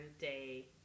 day